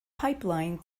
pipeline